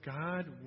God